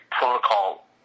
protocol